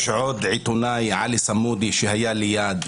יש עוד עיתונאי עלי סמולי שהיה ליד.